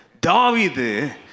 David